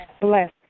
bless